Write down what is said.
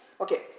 Okay